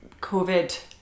COVID